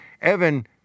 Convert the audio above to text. Evan